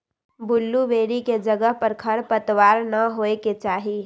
blueberry के जगह पर खरपतवार न होए के चाहि